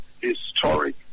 historic